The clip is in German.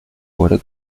wurde